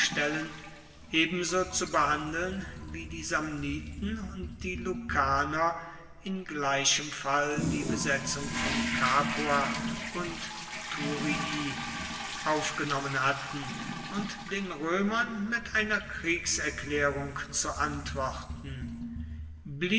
ebenso zu behandeln wie die samniten und die lucaner in gleichem fall die besetzung von capua und thurii aufgenommen hatten und den roemern mit einer kriegserklaerung zu antworten